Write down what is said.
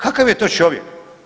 Kakav je to čovjek?